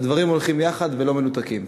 שהדברים הולכים יחד ולא מנותקים.